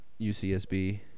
UCSB